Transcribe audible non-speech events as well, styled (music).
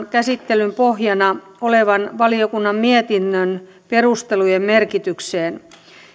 (unintelligible) käsittelyn pohjana olevan valiokunnan mietinnön perustelujen merkitykseen